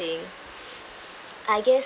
I guess